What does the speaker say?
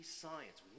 science